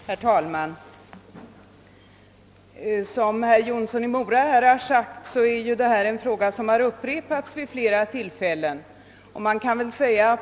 Herr talman! Denna fråga har återkommit vid flera tillfällen.